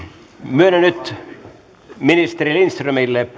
myönnän nyt ministeri lindströmille